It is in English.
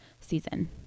season